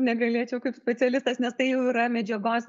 negalėčiau kaip specialistas nes tai jau yra medžiagos